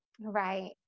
Right